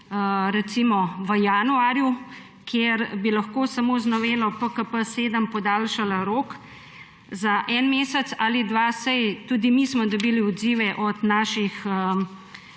recimo v januarju, kjer bi lahko samo z novelo PKP 7 podaljšala rok za en mesec ali dva meseca. Tudi mi smo dobili odzive od naših